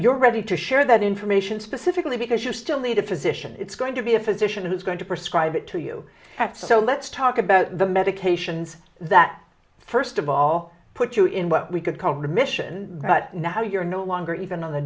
you're ready to share that information specifically because you still need a physician it's going to be a physician who's going to prescribe it to you at so let's talk about the medications that first of all put you in what we could call the mission but now you're no longer even on the